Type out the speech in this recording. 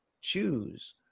choose